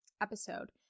episode